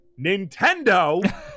nintendo